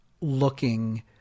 looking